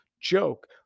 joke